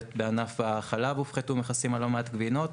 בענף החלב הופחתו מכסים על לא מעט גבינות.